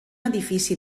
edifici